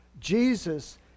Jesus